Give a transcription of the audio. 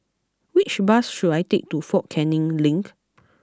which bus should I take to Fort Canning Link